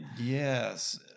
yes